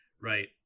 right